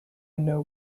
know